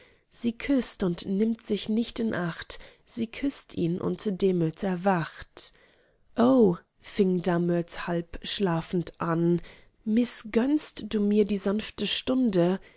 sie küßt und nimmt sich nicht in acht sie küßt ihn und damöt erwacht o fing damöt halb schlafend an mißgönnst du mir die sanfte stunde